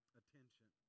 attention